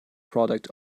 product